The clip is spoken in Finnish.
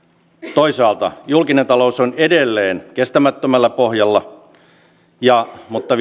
toisaalta julkinen talous on edelleen kestämättömällä pohjalla mutta